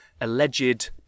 alleged